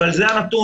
אבל זה הנתון.